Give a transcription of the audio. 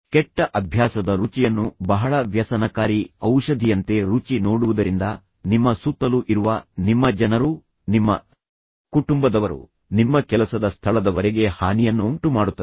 ಕೆಟ್ಟ ಅಭ್ಯಾಸದ ರುಚಿಯನ್ನು ಬಹಳ ವ್ಯಸನಕಾರಿ ಔಷಧಿಯಂತೆ ರುಚಿ ನೋಡುವುದರಿಂದ ನಿಮ್ಮ ಸುತ್ತಲೂ ಇರುವ ನಿಮ್ಮ ಜನರು ನಿಮ್ಮ ಕುಟುಂಬದವರು ನಿಮ್ಮ ಕೆಲಸದ ಸ್ಥಳದವರೆಗೆ ಹಾನಿಯನ್ನುಂಟು ಮಾಡುತ್ತದೆ